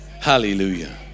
Hallelujah